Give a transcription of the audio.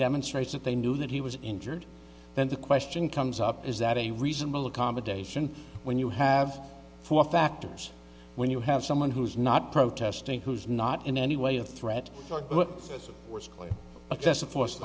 demonstrates that they knew that he was injured then the question comes up is that a reasonable accommodation when you have four factors when you have someone who is not protesting who's not in any way a threat or